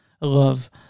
love